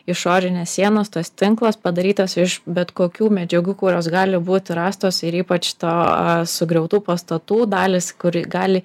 išorinės sienos tas tinklas padarytas iš bet kokių medžiagų kurios gali būt rastos ir ypač to sugriautų pastatų dalys kur gali